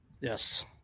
Yes